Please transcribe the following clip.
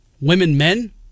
women-men